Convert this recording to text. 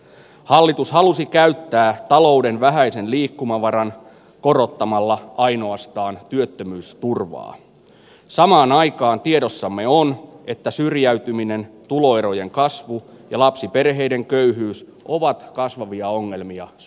hallitus halusi käyttää talouden vähäisen liikkumavaran korottamalla ainoastaan työttömyysturvaa samaan aikaan tiedossamme o että syrjäytyminen tuloerojen kasvu ja lapsiperheiden köyhyys ovat kasvavia ongelmia s